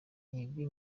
ibi